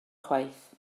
chwaith